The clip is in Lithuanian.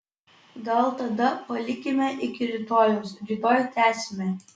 gal tada palikime iki rytojaus rytoj tęsime